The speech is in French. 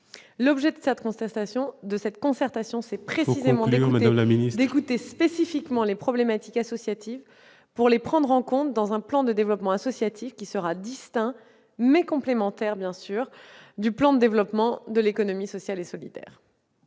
L'objet de cette concertation est précisément d'écouter spécifiquement les problématiques associatives pour les prendre en compte dans un plan de développement associatif, qui sera distinct, mais complémentaire, du plan de développement de l'économie sociale et solidaire.